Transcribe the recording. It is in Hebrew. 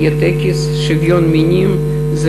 יהיה טקס לציון השוויון בין המינים.